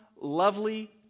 lovely